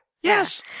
Yes